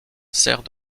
sert